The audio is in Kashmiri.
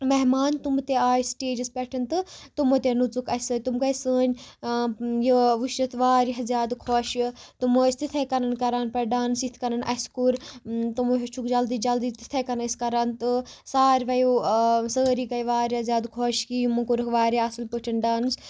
مہمان تِم تہِ آیہِ سِٹیجَس پٮ۪ٹھ تہٕ تِمو تہِ نوژُکھ اَسہِ سۭتۍ تِم گٔے سٲنۍ یہِ وٕچھتھ واریاہ زیادٕ خۄش تِم ٲسۍ تِتھے کَنۍ کَران پَتہٕ ڈانٕس یِتھ کَنۍ اَسہِ کوٛر تِمو ہیچھُکھ جلدی جلدی تِتھاے کَنۍ ٲسۍ کَران تہٕ ساروٕیو سٲری گٔے واریاہ زیادٕ خۄش کہِ یِمو کوٛر واریاہ اصٕل پٲٹھۍ ڈانٕس تہٕ